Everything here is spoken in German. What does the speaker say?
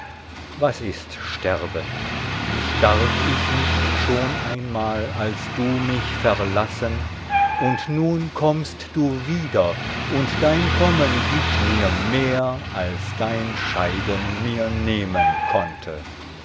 was ist sterben starb ich nicht schon einmal als du mich verlassen und nun kommst du wieder und dein kommen gibt mir mehr als dein scheiden mir nehmen konnte